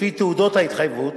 לפי תעודות ההתחייבות,